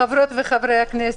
חברות וחברי הכנסת,